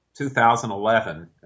2011